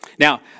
Now